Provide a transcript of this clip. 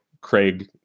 Craig